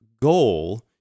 goal